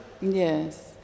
Yes